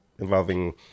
involving